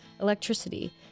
electricity